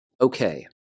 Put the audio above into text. Okay